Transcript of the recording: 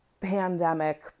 pandemic